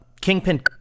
Kingpin